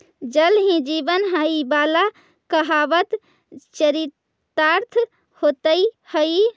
जल ही जीवन हई वाला कहावत चरितार्थ होइत हई